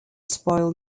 spoil